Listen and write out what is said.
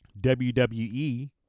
WWE